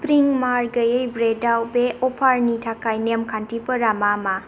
स्प्रिं मार गैयै ब्रेडयाव बे अफारनि थाखाय नेम खान्थिफोरा मा मा